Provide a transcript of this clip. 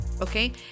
okay